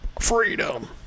Freedom